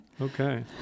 Okay